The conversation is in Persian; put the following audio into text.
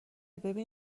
ببین